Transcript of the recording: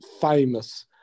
famous